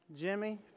Jimmy